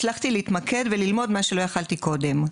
הצלחתי להתמקד וללמוד את מה שלא יכולתי קודם.